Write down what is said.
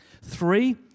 Three